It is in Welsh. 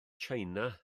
china